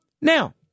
Now